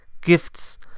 gifts